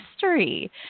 history